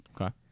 Okay